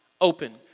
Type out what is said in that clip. open